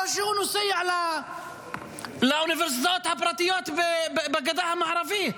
שהוא נוסע לאוניברסיטאות הפרטיות בגדה המערבית.